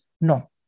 No